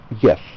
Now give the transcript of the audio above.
yes